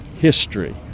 history